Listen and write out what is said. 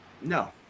no